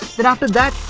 but after that,